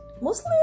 mostly